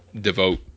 devote